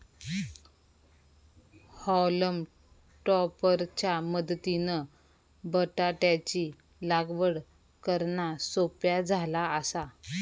हॉलम टॉपर च्या मदतीनं बटाटयाची लागवड करना सोप्या झाला आसा